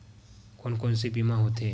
कोन कोन से बीमा होथे?